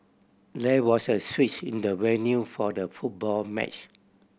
there was a switch in the venue for the football match